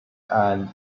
and